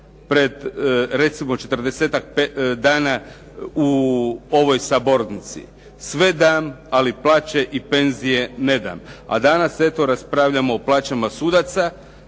pred recimo 40-ak dana u ovoj sabornici, sve dam, ali plaće i penzije ne dam. A danas eto raspravljamo o plaćama sudaca,